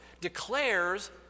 declares